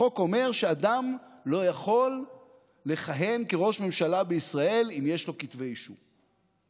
החוק אומר שאדם לא יכול לכהן כראש ממשלה בישראל אם יש לו כתבי אישום.